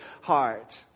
heart